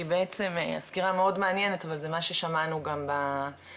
כי בעצם הסקירה מאוד מעניינת אבל זה מה ששמענו בתחילת